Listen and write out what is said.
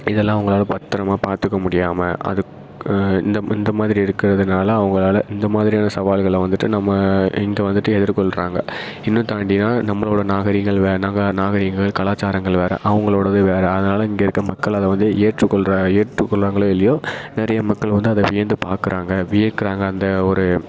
இதெல்லாம் அவங்களால பத்திரமா பாத்துக்க முடியாமல் அதுக் இந்த இந்த மாதிரி இருக்கிறதுனால அவங்களால இந்த மாதிரியான சவால்களை வந்துவிட்டு நம்ம இங்கே வந்துவிட்டு எதிர்கொள்கிறாங்க இன்னும் தாண்டினா நம்மளோட நாகரீகங்கள் வேறு நாங்கள் நாகரீகங்கள் கலாச்சாரங்கள் வேறு அவங்களோடது வேறு அதனால இங்கே இருக்க மக்கள் அதை வந்து ஏற்றுக்கொள்கிற ஏற்றுக்கொள்றாங்களோ இல்லையோ நிறைய மக்கள் வந்து அதை வியந்து பார்க்குறாங்க வியக்குறாங்க அந்த ஒரு